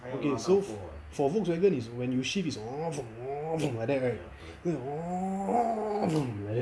okay so for volkswagen you shift is like that right like that